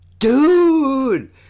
Dude